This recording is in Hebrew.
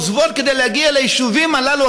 עוזבים כדי להגיע ליישובים הללו,